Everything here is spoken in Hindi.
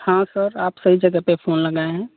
हाँ सर आप सही जगह पर फोन लगाए हैं